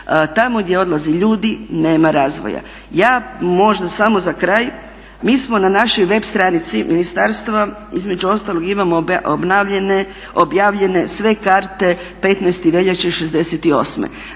Tamo gdje odlaze ljudi nema razvoja. Ja možda samo za kraj mi smo na našoj web stranici ministarstva između ostalog imamo objavljene sve karte 15. veljače '68.